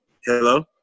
Hello